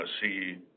see